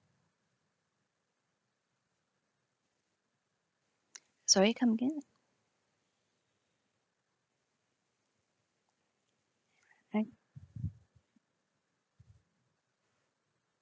sorry come again